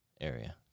area